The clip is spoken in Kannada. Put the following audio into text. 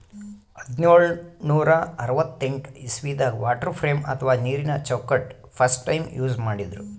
ಹದ್ದ್ನೋಳ್ ನೂರಾ ಅರವತ್ತೆಂಟ್ ಇಸವಿದಾಗ್ ವಾಟರ್ ಫ್ರೇಮ್ ಅಥವಾ ನೀರಿನ ಚೌಕಟ್ಟ್ ಫಸ್ಟ್ ಟೈಮ್ ಯೂಸ್ ಮಾಡಿದ್ರ್